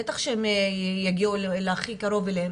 בטח שהם יגיעו להכי קרוב אליהם,